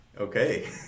Okay